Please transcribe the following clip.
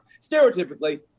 stereotypically